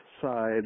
side